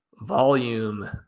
volume